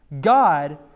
God